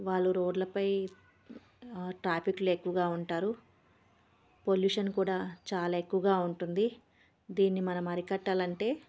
వాళ్ళు రోడ్లపై ట్రాఫిక్లో ఎక్కువగా ఉంటారు పొల్యూషన్ కూడా చాలా ఎక్కువగా ఉంటుంది దీన్ని మనం అరికట్టాలంటే